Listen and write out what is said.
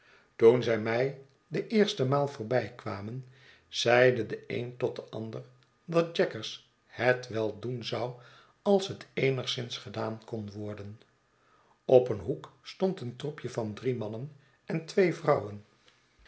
toen zij mij de eerste maal voorbijkwamen zeide de een tot den ander dat jaggers het wel doen zou als het eenigszins gedaan kon worden op een hoek stond een troepje van drie mannen en twee vrouwen